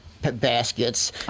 baskets